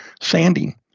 sanding